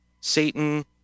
Satan